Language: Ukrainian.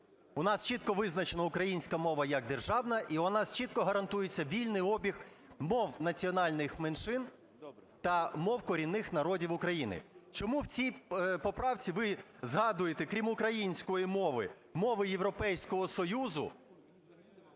У нас чітко визначено українська мова як державна, і в нас чітко гарантується вільний обіг мов національних меншин та мов корінних народів України. Чому в цій поправці ви згадуєте, крім української мови, мови Європейського Союзу,